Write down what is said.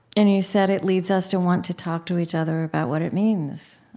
and you said it leads us to want to talk to each other about what it means.